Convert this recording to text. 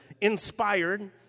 inspired